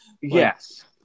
Yes